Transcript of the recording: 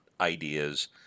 ideas